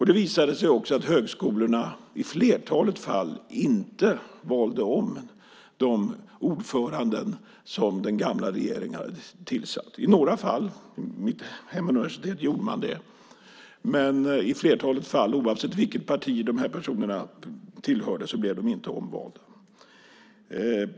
Det visade sig också att högskolorna i flertalet fall inte valde om de ordförande som den gamla regeringen hade tillsatt. I några fall, bland annat vid mitt hemuniversitet, gjorde man det, men i flertalet fall, oavsett vilket parti de här personerna tillhörde, blev de inte omvalda.